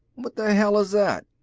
what the hell is that?